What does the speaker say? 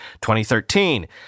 2013